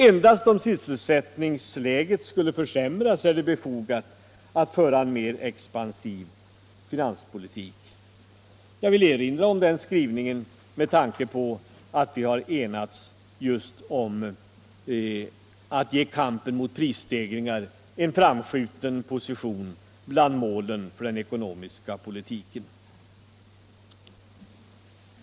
Endast om sysselsättningsläget skulle försämras, är det befogat att föra en mer expansiv finanspolitik. Jag vill erinra om denna skrivning med tanke på att vi enats om att ge kampen mot prisstegringar en framskjuten position bland målen för den ekonomiska politiken.